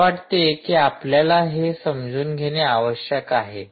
मला वाटते की हे आपल्याला समजून घेणे आवश्यक आहे